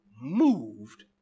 moved